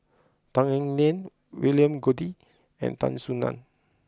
Tan Eng Liang William Goode and Tan Soo Nan